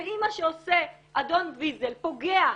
ואם מה שעושה אדון ויזל פוגע,